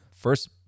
First